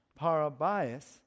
parabias